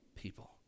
people